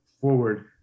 forward